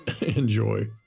Enjoy